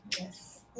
yes